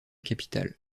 capitale